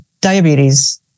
diabetes